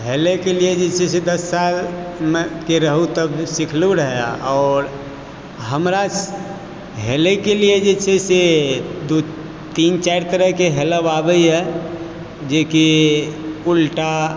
हेलय के लियऽ जेछे से दस साल मे के रहु तब सिखलहु रहय आओर हमरा हेलय के लियऽ जे छे से दू तीन चारि तरहक के हेलब आबेए जेकि उल्टा